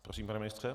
Prosím, pane ministře.